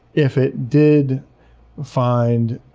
if it did find